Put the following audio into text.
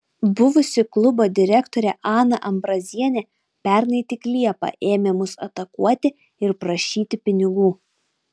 buvusi klubo direktorė ana ambrazienė pernai tik liepą ėmė mus atakuoti ir prašyti pinigų